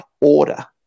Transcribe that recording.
order